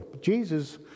Jesus